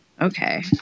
Okay